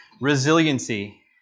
Resiliency